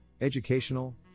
educational